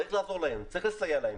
צריך לסייע להם,